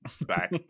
back